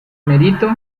merito